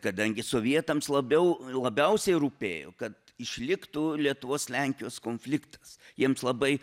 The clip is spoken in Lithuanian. kadangi sovietams labiau labiausiai rūpėjo kad išliktų lietuvos lenkijos konfliktas jiems labai